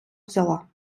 взяла